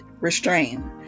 restrain